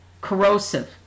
corrosive